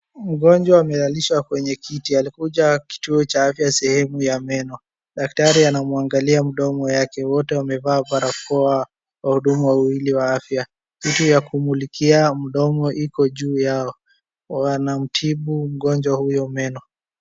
Mgonjwa amelalishwa kwenye kiti, alikuja kituo cha afya sehemu ya meno. Daktari anamwangalia mdomo yake, wote wamevaa barakoa wahudumu wawili wa afya. Kitu ya kumulikia mdomo iko juu yao. Wanamtibu mgonjwa huyo meno.